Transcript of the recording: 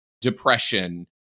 depression